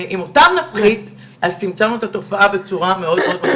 אם אותם נפחית אז נצמצם את התופעה בצורה משמעותית מאוד.